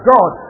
God